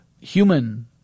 human